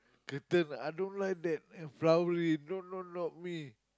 curtain I don't like that and flowery no no not me